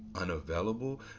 unavailable